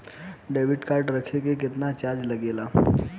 Debit card रखे के केतना चार्ज लगेला?